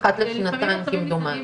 לנו חשוב שיהיה לנו